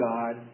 God